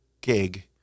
gig